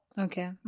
Okay